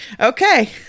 Okay